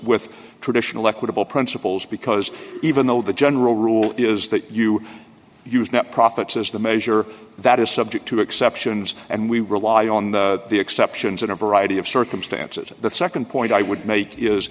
with traditional equitable principles because even though the general rule is that you use net profits as the measure that is subject to exceptions and we rely on the exceptions in a variety of circumstances the nd point i would make is